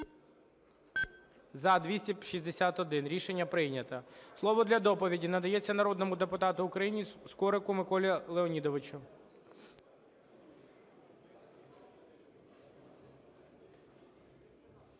За-261 Рішення прийнято. Слово для доповіді надається народному депутату України Скорику Миколі Леонідовичу.